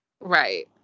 Right